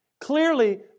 Clearly